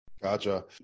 Gotcha